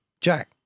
Jack